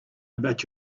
about